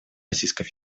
российская